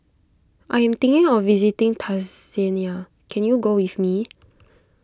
I am thinking of visiting Tanzania can you go with me